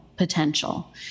Potential